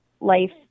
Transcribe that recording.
life